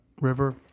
river